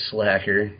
Slacker